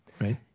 right